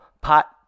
pot